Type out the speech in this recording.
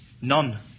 none